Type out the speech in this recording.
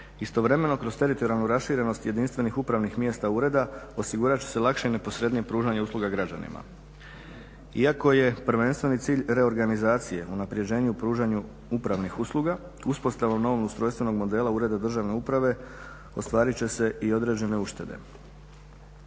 Istovremeno kroz teritorijalnu raširenost jedinstvenih upravnih mjesta ureda osigurat će se lakše i neposrednije pružanje usluga građanima. Iako je prvenstveni cilj reorganizacije, u unapređenju, pružanju upravnih usluga, uspostavom novog ustrojstvenog modela ureda državne uprave, ostvarit će se i određene uštede.